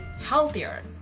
healthier